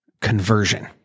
conversion